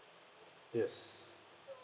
yes